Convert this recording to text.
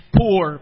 poor